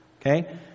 Okay